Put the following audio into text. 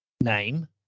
name